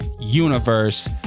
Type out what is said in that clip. universe